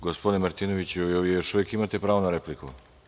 Gospodine Martinoviću, vi još uvek imate pravo na repliku.